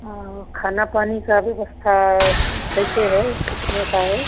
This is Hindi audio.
और खाना पानी का व्यवस्था कैसे है कितने का है